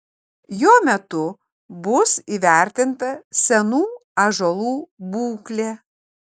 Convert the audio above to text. jo metu bus įvertinta senų ąžuolų būklė